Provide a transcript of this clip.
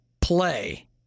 play